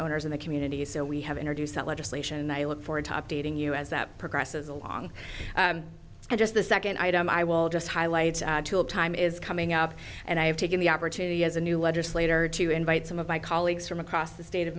owners in the community so we have introduced that legislation and i look forward to updating you as that progresses along and just the second item i will just highlight tool time is coming up and i have taken the opportunity as a new legislator to invite some of my colleagues from across the state of